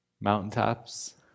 Mountaintops